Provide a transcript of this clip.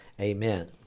amen